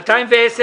הפניות אושרו.